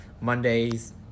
Mondays